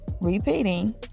repeating